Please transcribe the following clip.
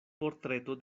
portreto